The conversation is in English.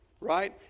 Right